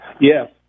Yes